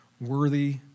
worthy